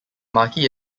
marquee